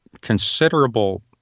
considerable –